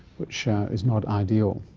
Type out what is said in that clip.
which is not ideal.